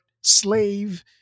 slave